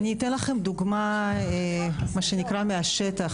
אני אתן לכם דוגמה, מה שנקרא מהשטח.